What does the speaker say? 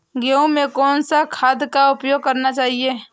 गेहूँ में कौन सा खाद का उपयोग करना चाहिए?